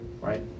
Right